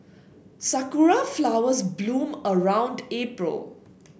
sakura flowers bloom around April